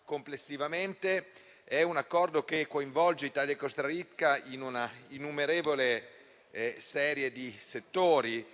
complessivamente dell'America Latina, coinvolge Italia e Costa Rica in una innumerevole serie di settori